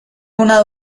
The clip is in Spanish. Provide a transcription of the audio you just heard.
una